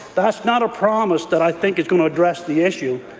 that's not a promise that i think is going to address the issue,